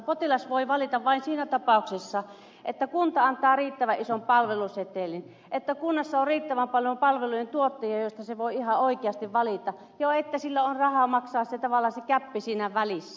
potilas voi valita vain siinä tapauksessa että kunta antaa riittävän ison palvelusetelin että kunnassa on riittävän paljon palveluntuottajia joista hän voi ihan oikeasti valita ja että hänellä on rahaa maksaa tavallaan se gäppi siinä välissä